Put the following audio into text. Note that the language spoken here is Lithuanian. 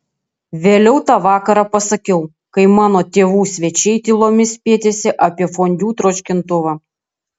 vėliau tą vakarą pasakiau kai mano tėvų svečiai tylomis spietėsi apie fondiu troškintuvą